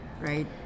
right